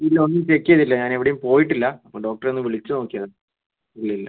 ഇല്ല ഒന്നും ചെക്ക് ചെയ്തിട്ടില്ല ഞാൻ എവിടെയും പോയിട്ടില്ല അപ്പം ഡോക്ടറെ ഒന്ന് വിളിച്ച് നോക്കിയതാണ് ഇല്ലില്ല